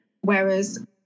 whereas